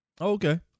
Okay